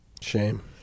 Shame